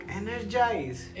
energize